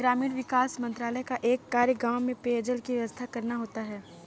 ग्रामीण विकास मंत्रालय का एक कार्य गांव में पेयजल की व्यवस्था करना होता है